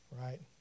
right